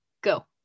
go